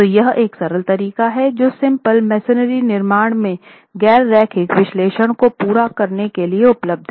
तो यह एक सरल तरीका है जो सिंपल मेसनरी निर्माण में गैर रैखिक विश्लेषण को पूरा करने के लिए उपलब्ध है